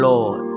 Lord